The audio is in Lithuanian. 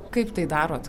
kaip tai darot